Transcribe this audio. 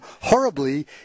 horribly